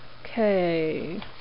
Okay